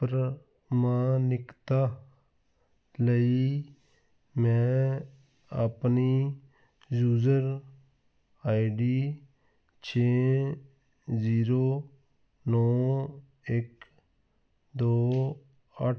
ਪ੍ਰਮਾਣਿਕਤਾ ਲਈ ਮੈਂ ਆਪਣੀ ਯੂਜਰ ਆਈ ਡੀ ਛੇ ਜੀਰੋ ਨੌ ਇੱਕ ਦੋ ਅੱਠ